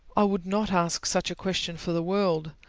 i would not ask such a question for the world.